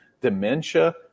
dementia